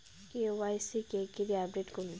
KYC কেঙ্গকরি update করিম?